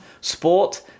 Sport